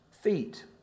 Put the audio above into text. feet